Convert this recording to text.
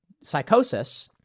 psychosis